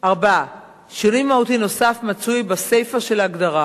4. שינוי מהותי נוסף מצוי בסיפא של ההגדרה.